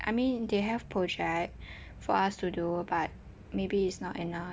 I mean they have project for us to do but maybe it's not enough